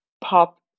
pop